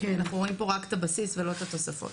אנחנו רואים רק את הבסיס ולא את התוספות.